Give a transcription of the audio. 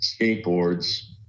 skateboards